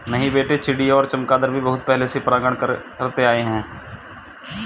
नहीं बेटे चिड़िया और चमगादर भी बहुत पहले से परागण करते आए हैं